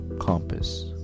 compass